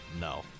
No